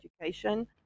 education